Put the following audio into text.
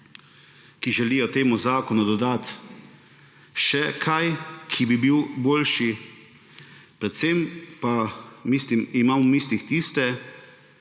ki želijo temu zakonu dodati še kaj, da bi bil boljši, predvsem pa imam v mislih tiste,